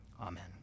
amen